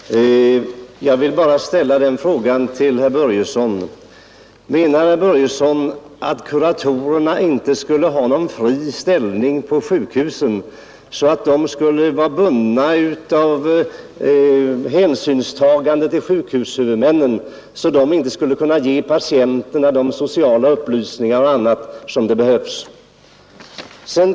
Herr talman! Jag vill bara ställa följande fråga till herr Börjesson i Falköping: Menar herr Börjesson att kuratorerna inte skulle ha någon fri ställning på sjukhusen utan skulle vara bundna av hänsynstaganden till sjukhushuvudmännen på ett sådant sätt att de inte kan ge patienterna de upplysningar i sociala och andra frågor som behövs?